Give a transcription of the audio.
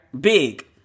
big